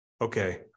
okay